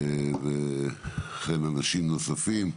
גם אנשים נוספים.